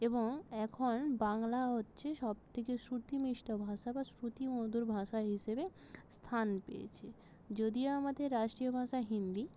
এবং এখন বাংলা হচ্ছে সবথেকে শ্রুতি মিষ্ট ভাষা বা শ্রুতিমধুর ভাষা হিসেবে স্থান পেয়েছে যদিও আমাদের রাষ্ট্রীয় ভাষা হিন্দি